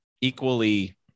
equally